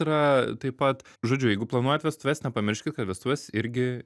yra taip pat žodžiu jeigu planuojat vestuves nepamirškit kad vestuvės irgi